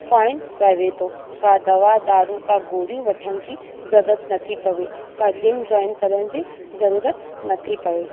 fine रहे थो का दवा दारुं का गोरी वठण जी ज़रूरत नथी पवे का जिम जॉईन जी ज़रूरत नथी पवे